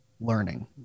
learning